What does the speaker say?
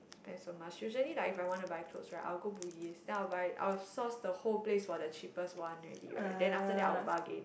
spend so much usually like when I want to buy clothes right I will go Bugis then I will buy I will source the whole place for the cheapest one already right then after that I will bargain